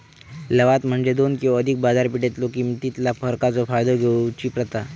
लवाद म्हणजे दोन किंवा अधिक बाजारपेठेतलो किमतीतला फरकाचो फायदा घेऊची प्रथा